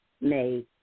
made